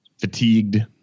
fatigued